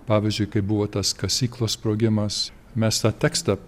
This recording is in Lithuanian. pavyzdžiui kaip buvo tas kasyklos sprogimas mes tą tekstą